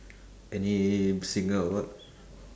any singer or what